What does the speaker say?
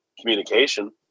communication